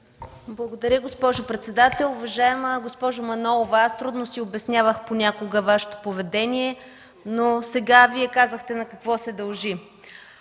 Благодаря, госпожо председател. Уважаема госпожо Манолова, аз трудно си обяснявах понякога Вашето поведение, но сега Вие казахте на какво се дължи.